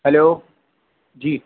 hello جی